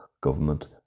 government